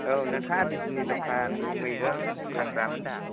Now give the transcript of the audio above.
औ नोंथाङा बिजनि दखाननि मैगं फानग्रामोन दा